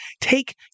take